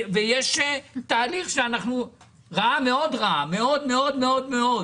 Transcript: האם למשרד האוצר יש תכנית לחודשים הקרובים